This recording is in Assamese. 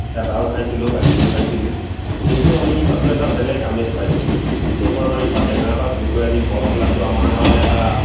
খেদাও খাইছিলো গালিও খাইছিলো কিন্তু আমি তাতো এটা বেলেগ আমেজ পাইছিলো লোকৰ বাৰী পা টেঙা এটা চুৰ কৰি আনি বল খেলাটো আমাৰ কাৰণে এটা